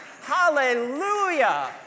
Hallelujah